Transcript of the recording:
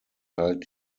teilt